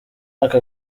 aka